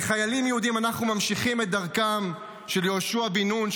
כחיילים יהודים אנחנו ממשיכים את דרכם של יהושע בן נון,